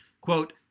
Quote